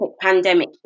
pandemic